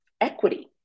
equity